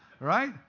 Right